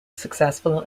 successful